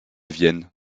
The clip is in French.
vienne